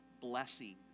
blessing